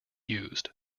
used